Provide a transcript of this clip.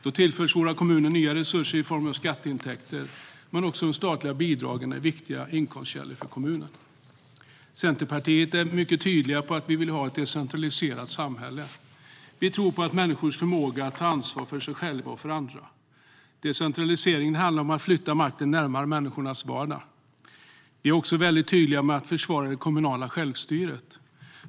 Då tillförs våra kommuner nya resurser i form av skatteintäkter. Men också de statliga bidragen är en viktig inkomstkälla för kommunerna. Centerpartiet är mycket tydligt: Vi vill ha ett decentraliserat samhälle. Vi tror på människors förmåga att ta ansvar för sig själva och för andra. Decentralisering handlar om att flytta makten närmare människors vardag. Vi är också väldigt tydliga med att försvara det kommunala självstyret.